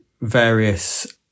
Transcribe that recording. various